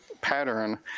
pattern